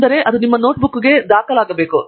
ಆದ್ದರಿಂದ ಅದು ನಿಮ್ಮ ನೋಟ್ಬುಕ್ಗೆ ಹೋಗಬೇಕು